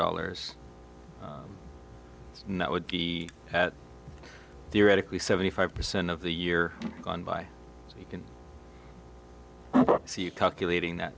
dollars and that would be at the radically seventy five percent of the year gone by so you can see it calculating that